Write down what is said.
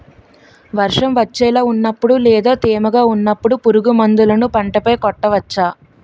వర్షం వచ్చేలా వున్నపుడు లేదా తేమగా వున్నపుడు పురుగు మందులను పంట పై కొట్టవచ్చ?